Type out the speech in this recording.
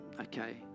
okay